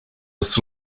was